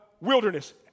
wilderness